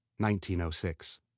1906